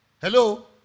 Hello